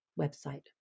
website